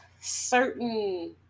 certain